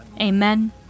Amen